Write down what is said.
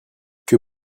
que